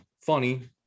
funny